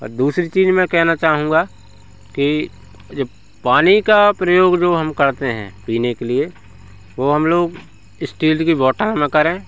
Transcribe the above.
और दूसरी चीज़ मैं कहना चाहूँगा कि यह पानी का प्रयोग जो हम करते हैं पीने के लिए वह हम लोग इस्टील की बॉटल में करें